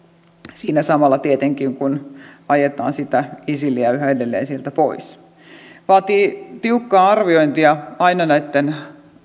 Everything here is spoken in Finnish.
siinä samalla tietenkin kun ajetaan isiliä yhä edelleen sieltä pois vaatii tiukkaa arviointia aina näitten